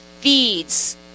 feeds